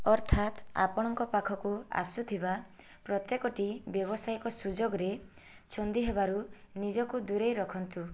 ଅର୍ଥାତ୍ ଆପଣଙ୍କ ପାଖକୁ ଆସୁଥିବା ପ୍ରତ୍ୟେକଟି ବ୍ୟାବସାୟିକ ସୁଯୋଗରେ ଛନ୍ଦି ହେବାରୁ ନିଜକୁ ଦୂରେଇ ରଖନ୍ତୁ